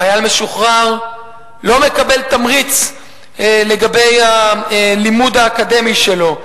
חייל משוחרר לא מקבל תמריץ לגבי הלימוד האקדמי שלו.